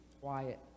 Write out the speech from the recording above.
quiet